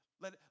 Let